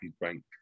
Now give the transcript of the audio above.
Bank